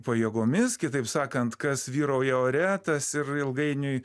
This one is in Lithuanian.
pajėgomis kitaip sakant kas vyrauja ore tas ir ilgainiui